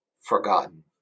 forgotten